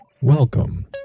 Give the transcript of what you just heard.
Welcome